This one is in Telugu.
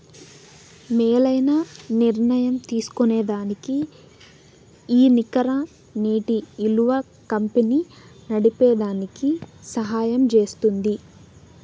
మేలైన నిర్ణయం తీస్కోనేదానికి ఈ నికర నేటి ఇలువ కంపెనీ నడిపేదానికి సహయం జేస్తుంది